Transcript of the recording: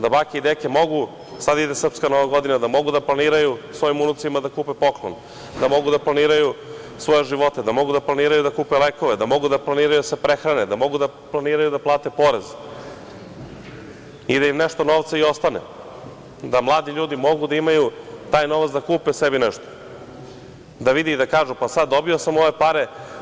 Sad ide Srpska nova godina, da bake i deke mogu da planiraju svojim unucima da kupe poklon, da mogu da planiraju svoje živote, da mogu da planiraju da kupe lekove, da mogu da planiraju da se prehrane, da mogu planiraju da plate porez i da im nešto novca i ostane, da mladi ljudi mogu da imaju taj novac da kupe sebi nešto, da vide i da kažu – dobio sam ove pare.